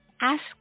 Ask